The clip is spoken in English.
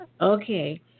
okay